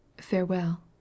Farewell